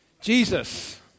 Jesus